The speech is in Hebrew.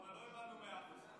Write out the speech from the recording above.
אבל לא הבנו מאה אחוז.